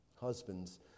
husbands